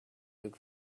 took